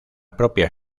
propia